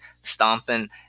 stomping